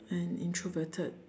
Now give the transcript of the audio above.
and introverted